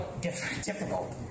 difficult